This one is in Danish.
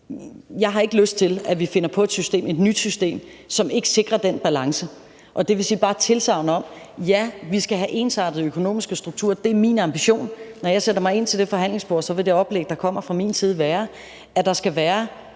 Jeg har ikke lyst til, at vi finder på et nyt system, som ikke sikrer den balance. Det vil sige, at det bare er et tilsagn om, at ja, vi skal have ensartede økonomiske strukturer. Det er min ambition. Når jeg sætter mig ind til det forhandlingsbord, vil det oplæg, der kommer fra min side, være, at der skal være